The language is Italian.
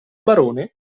barone